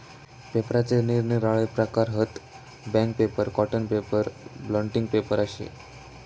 पेपराचे निरनिराळे प्रकार हत, bank paper, cotton paper, blotting paper अशे